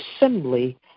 assembly